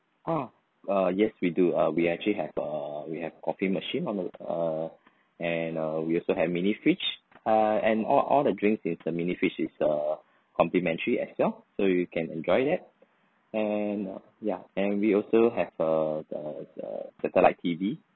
ah uh yes we do uh we actually have a we have coffee machine on the err and uh we also have mini fridge ah and all all the drinks in the mini fridge is uh complimentary as well so you can enjoy that and uh ya and we also have a a a satellite T_V